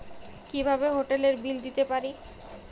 কিভাবে হোটেলের বিল দিতে পারি?